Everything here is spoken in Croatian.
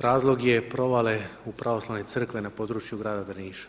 razlog je provale u pravoslavne crkve na području grada Drniša.